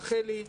רחלי,